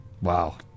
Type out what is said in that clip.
Wow